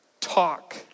talk